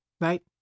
right